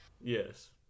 Yes